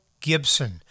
Gibson